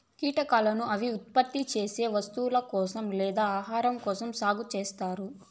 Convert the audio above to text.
కీటకాలను అవి ఉత్పత్తి చేసే వస్తువుల కోసం లేదా ఆహారం కోసం సాగు చేత్తారు